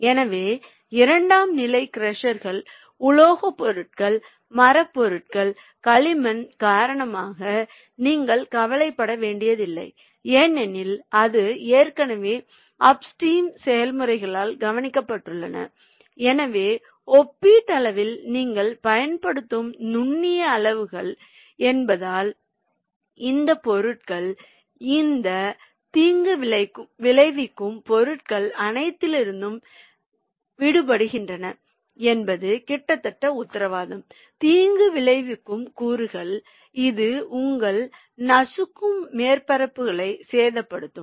எனவே இரண்டாம் நிலை க்ரஷர்கள் உலோகப் பொருட்கள் மரப் பொருட்கள் களிமண் காரணமாக நீங்கள் கவலைப்பட வேண்டியதில்லை ஏனெனில் அது ஏற்கனவே அப்ஸ்ட்ரீம் செயல்முறைகளால் கவனிக்கப்பட்டுள்ளது எனவே ஒப்பீட்டளவில் நீங்கள் பயன்படுத்தும் நுண்ணிய அளவுகள் என்பதால் இந்த பொருட்கள் இந்த தீங்கு விளைவிக்கும் பொருட்கள் அனைத்திலிருந்தும் விடுபடுகின்றன என்பது கிட்டத்தட்ட உத்தரவாதம் தீங்கு விளைவிக்கும் கூறுகள் இது உங்கள் நசுக்கும் மேற்பரப்புகளை சேதப்படுத்தும்